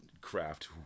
craft